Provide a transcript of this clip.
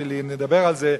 אנחנו עוד נדבר על לימודי ליבה,